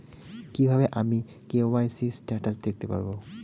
কিভাবে আমি KYC status দেখতে পারবো?